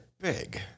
big